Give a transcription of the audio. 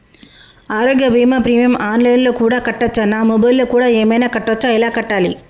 ఆరోగ్య బీమా premium online లో కూడా కట్టచ్చా? నా మొబైల్లో కూడా ఏమైనా కట్టొచ్చా? ఎలా కట్టాలి?